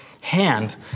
hand